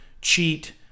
Cheat